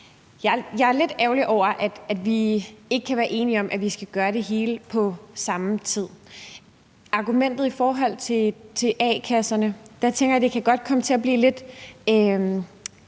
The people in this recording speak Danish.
Jeg er lidt ærgerlig over, at vi ikke kan være enige om, at vi skal gøre det hele på samme tid. Med hensyn til argumentet i forhold til a-kasserne tænker jeg, at det godt på en eller anden